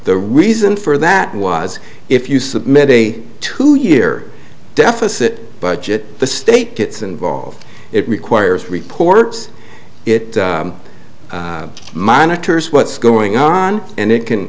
the reason for that was if you submit a two year deficit budget the state gets involved it requires reports it monitors what's going on and it can